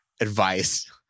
advice